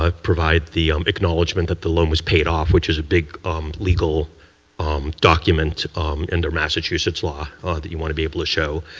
ah provide the um acknowledgment the loan was paid off which is a big um legal um document under massachusetts law that you want to be able to show.